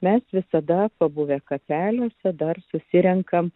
mes visada pabuvę kapeliuose dar susirenkam